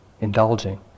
indulging